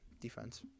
defense